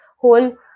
whole